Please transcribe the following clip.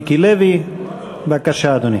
הודעה